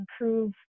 improve